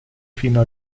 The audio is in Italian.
fino